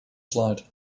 slide